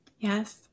Yes